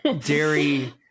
dairy